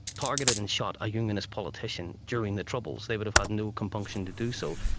targeted and shot a unionist politician during the troubles, they would have had no compunction to do so.